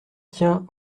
tiens